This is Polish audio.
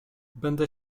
będę